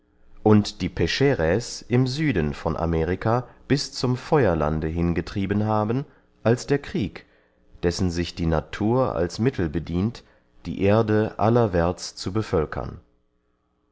und die pescheräs im süden von amerika bis zum feuerlande hingetrieben haben als der krieg dessen sich die natur als mittels bedient die erde allerwärts zu bevölkern